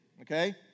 okay